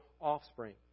offspring